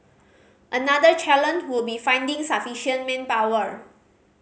another challenge would be finding sufficient manpower